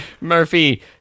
Murphy